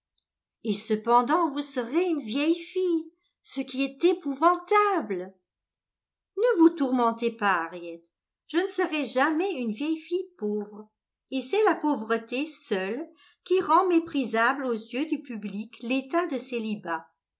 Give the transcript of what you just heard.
et cependant vous serez une vieille fille ce qui est épouvantable ne vous tourmentez pas harriet je ne serai jamais une vieille fille pauvre et c'est la pauvreté seule qui rend méprisable aux yeux du public l'état de célibat